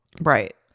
right